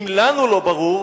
אם לנו לא ברור,